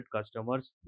customers